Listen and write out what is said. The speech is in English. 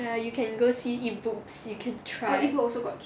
ya you can go see eat book you can try